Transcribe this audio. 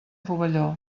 rovelló